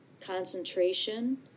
concentration